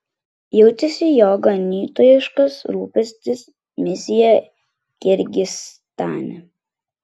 jautėsi jo ganytojiškas rūpestis misija kirgizstane